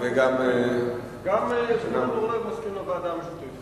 גם זבולון אורלב מסכים לוועדה המשותפת.